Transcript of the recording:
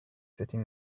sitting